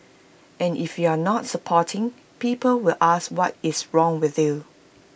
and if you are not supporting people will ask what is wrong with you